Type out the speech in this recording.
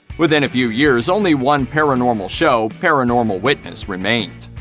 within a few years only one paranormal show, paranormal witness, remained.